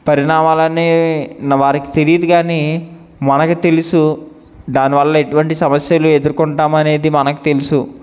పరిణామాలన్నీ న వారికి తెలియదు కానీ మనకి తెలుసు దానివల్ల ఎటువంటి సమస్యలు ఎదుర్కొంటాం అనేది మనకు తెలుసు